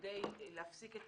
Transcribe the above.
כדי להפסיק את